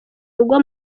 urugo